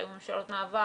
שהיו ממשלות מעבר.